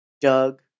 Doug